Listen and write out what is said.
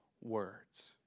words